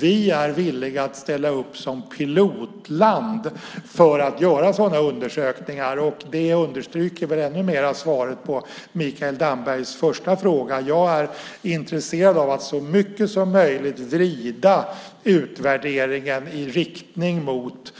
Vi är villiga att ställa upp som pilotland för att göra sådana undersökningar. Det understryker väl ändå mer svaret på Mikael Dambergs första fråga. Jag är intresserad av att så mycket som möjligt vrida utvärderingen i riktning mot